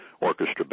Orchestra